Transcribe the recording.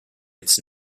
its